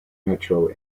metro